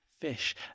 fish